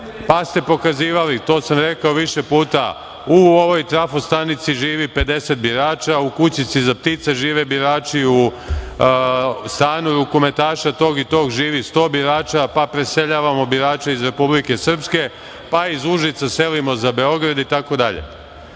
Pa, ste pokazivali, to sam rekao više puta, u ovoj trafo-stanici živi 50 birača, u kućici za ptice žive birači, u stanu rukometaša živi sto birača, pa preseljavamo birače iz Republike Srpske, pa iz Užica selimo za Beograd i tako dalje. Pa,